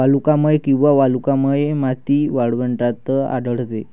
वालुकामय किंवा वालुकामय माती वाळवंटात आढळते